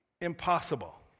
impossible